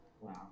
Wow